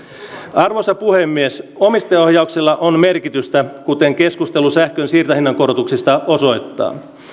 arvoisa puhemies omistajaohjauksella on merkitystä kuten keskustelu sähkön siirtohinnan korotuksista osoittaa